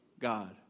God